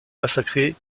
massacré